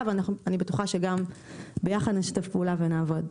ואני בטוחה שגם ביחד נשתף פעולה ונעבוד.